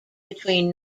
between